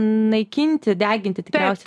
naikinti deginti tikriausiai